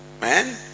man